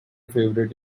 favourite